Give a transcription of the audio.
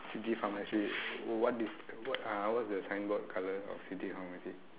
city pharmacy what is uh what's the signboard colour of city pharmacy